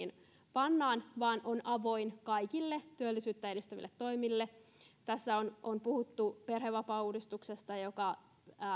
pannaan vaan on avoin kaikille työllisyyttä edistäville toimille tässä on on puhuttu perhevapaauudistuksesta joka